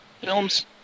films